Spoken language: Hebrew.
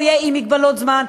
הוא יהיה עם מגבלות זמן.